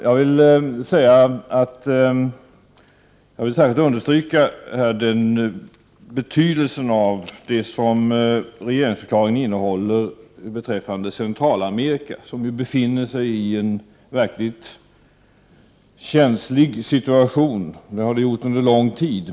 Jag vill särskilt understryka betydelsen av det som regeringsförklaringen innehåller beträffande Centralamerika, som befinner sig i en verkligt känslig situation och har så gjort under lång tid.